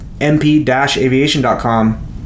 mp-aviation.com